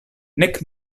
nek